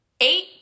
eight